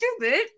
stupid